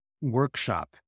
workshop